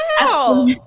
Wow